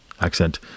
accent